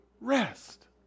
rest